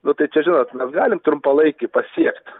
nu tai čia žinot mes galim trumpalaikį pasiekt